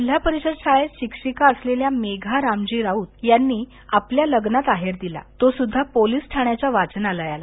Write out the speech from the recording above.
जिल्हा परिषद शाळेत शिक्षिका असलेल्या मेघा रामजी राऊत यानी आपल्या लग्नात आहेर दिला तो सुद्धा पोलीस ठाण्याच्या वाचनालयाला